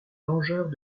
vengeurs